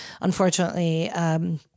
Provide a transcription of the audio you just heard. Unfortunately